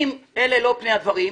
אם אלה לא פני הדברים,